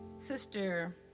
Sister